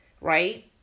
right